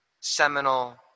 seminal